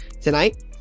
tonight